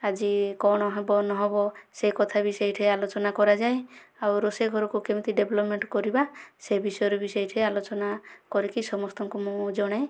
ଆଜି କଣ ହେବ ନ ହେବ ସେ କଥା ବି ସେହିଠାରେ ଆଲୋଚନା କରାଯାଏ ଆଉ ରୋଷେଇ ଘରକୁ କେମିତି ଡେଭେଲପମେଣ୍ଟ କରିବା ସେ ବିଷୟରେ ବି ସେହିଠାରେ ଆଲୋଚନା କରିକି ସମସ୍ତଙ୍କୁ ମୁଁ ଜଣାଏ